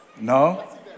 No